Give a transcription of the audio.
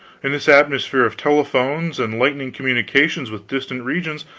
in this atmosphere of telephones and lightning communication with distant regions,